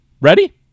Ready